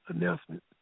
announcement